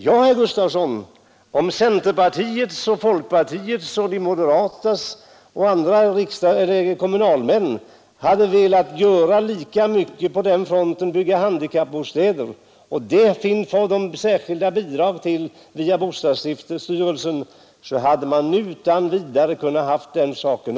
Ja, herr Gustavsson, om centerpartiets, folkpartiets, moderata samlingspartiets representanter och andra kommunalmän hade velat göra lika mycket på den fronten, nämligen att bygga handikappbostäder, till vilket de skulle ha fått särskilda bidrag via bostadsstyrelsen, hade man utan vidare kunnat ordna den saken.